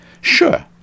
Sure